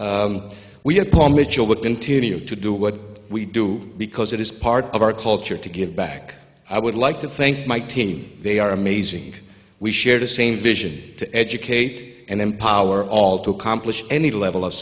continue to do what we do because it is part of our culture to give back i would like to thank my team they are amazing we share the same vision to educate and empower all to complet any level of